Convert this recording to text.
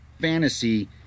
fantasy